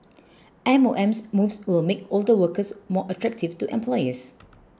M O M's moves will make older workers more attractive to employers